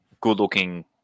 good-looking